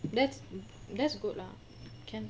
that's that's good lah can